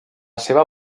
seva